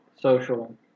social